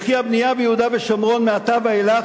וכי הבנייה ביהודה ובשומרון מעתה ואילך